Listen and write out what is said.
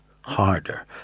harder